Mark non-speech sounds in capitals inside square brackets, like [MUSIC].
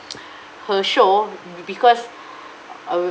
[NOISE] [BREATH] her show be~ because [BREATH] uh